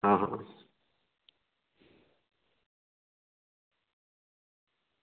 आं